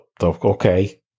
okay